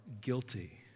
guilty